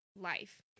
life